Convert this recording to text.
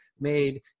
made